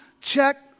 Check